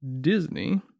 disney